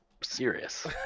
Serious